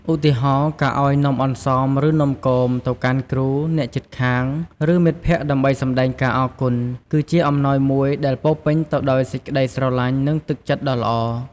ឧទាហរណ៍ ការឱ្យនំអន្សមឬនំគម ទៅកាន់គ្រូ អ្នកជិតខាង ឬ មិត្តភក្តិដើម្បីសម្ដែងការអរគុណ គឺជាអំណោយមួយដែលពោរពេញទៅដោយសេចក្ដីស្រឡាញ់ និងទឹកចិត្តដ៏ល្អ។